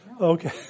Okay